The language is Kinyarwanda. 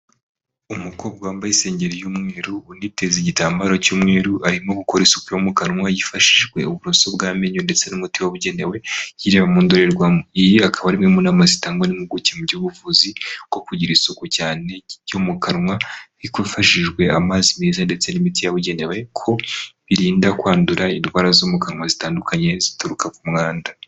Umukobwa wambaye isengeri y'umweru uniteze igitambaro cy'umweru arimo gukora isuku yo mu kanwa hifashishijwe uburoso bw'amenyo ndetse n'umuti wabugenewe yireba mu ndorerwamo akaba ari imwe mu nama zitangwa n'impuguke mu by'ubuvuzi ko kugira isuku cyane cyo mu kanwa hifashijwe amazi meza ndetse n'imiti yabugenewe ko birinda kwandura indwara zo mu kanwa zitandukanye zituruka ku mwanda.